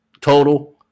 total